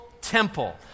temple